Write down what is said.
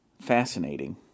fascinating